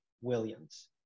williams